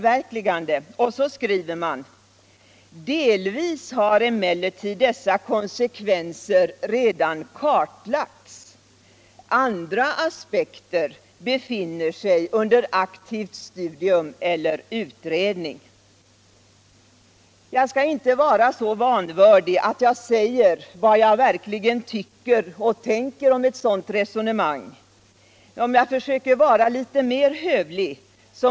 Utskottet skriver: ”Delvis har emellertid dessa konsekvenser redan kartlagts. Andra aspekter befinner sig under aktivt studium eller utredning.” Jag skall inte vara så vanvördig att jag säger vad jag verkligen tycker och tänker om ett sådant resonemang. Även om jag försöker vara litet mer hövlig.